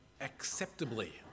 acceptably